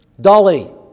Dolly